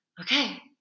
Okay